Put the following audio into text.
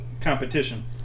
Competition